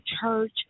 church